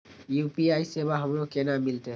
UPI सेवा हमरो केना मिलते?